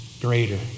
greater